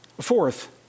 Fourth